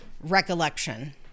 recollection